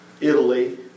Italy